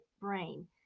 brain